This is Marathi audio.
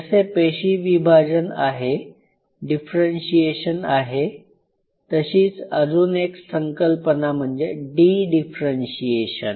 जसे पेशी विभाजन आहे डिफरेंशीएशन आहे तशीच अजून एक संकल्पना म्हणजे डी डिफरेंशीएशन